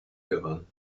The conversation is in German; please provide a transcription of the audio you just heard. gewann